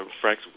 Frank